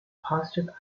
positive